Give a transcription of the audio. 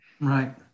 Right